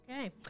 Okay